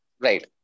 Right